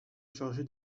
chargé